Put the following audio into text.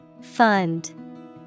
Fund